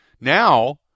Now